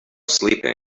sleeping